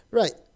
right